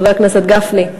חבר הכנסת גפני,